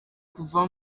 kuva